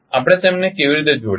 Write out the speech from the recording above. આપણે તેમને કેવી રીતે જોડીશું